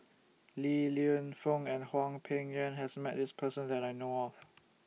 Li Lienfung and Hwang Peng Yuan has Met This Person that I know of